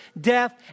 death